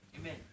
Amen